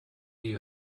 you